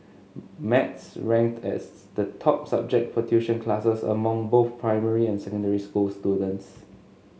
maths ranked as the top subject for tuition classes among both primary and secondary school students